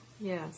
Yes